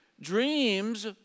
Dreams